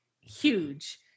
huge